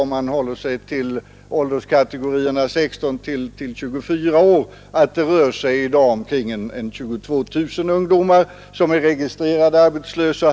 Om man håller sig till ålderskategorierna 16—24 år kan man noga räknat säga att det i dag finns cirka 22 000 ungdomar som är arbetslösa.